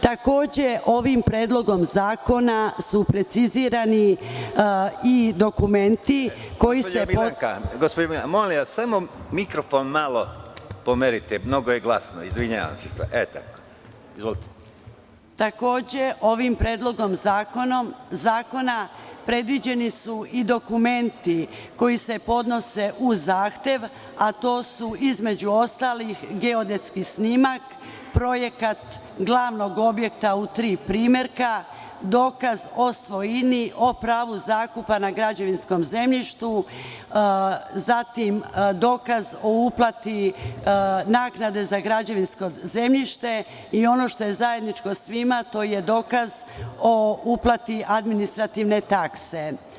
Takođe, ovim predlogom zakona su precizirani i dokumenti… (Predsedavajući: Gospođo Milanka, molim vas samo mikrofon malo pomerite, mnogo je glasno.) Takođe, ovim predlogom zakona predviđeni su i dokumenti koji se podnose uz zahtev, a to su između ostalih geodetski snimak projekat glavnog objekta u tri primerka, dokaz o svojini o pravu zakupa na građevinskom zemljištu, zatim, dokaz o uplati naknade za građevinsko zemljište i ono što je zajedničko svima, to je dokaz o uplati administrativne takse.